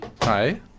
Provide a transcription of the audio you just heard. Hi